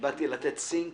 באתי לתת סינק